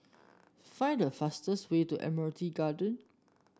find the fastest way to Admiralty Garden